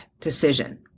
decision